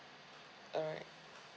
alright